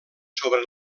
sobre